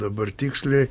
dabar tiksliai